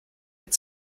wenn